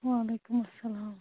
واعلیکُم اسلام